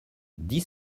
dix